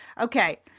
Okay